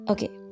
Okay